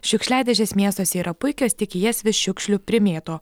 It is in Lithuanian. šiukšliadėžės miestuose yra puikios tik į jas vis šiukšlių primėto